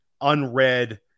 unread